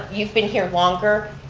you've been here longer.